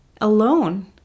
alone